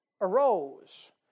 arose